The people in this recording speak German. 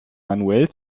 manuell